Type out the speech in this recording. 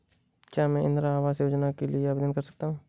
क्या मैं इंदिरा आवास योजना के लिए आवेदन कर सकता हूँ?